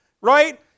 right